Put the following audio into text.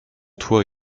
toit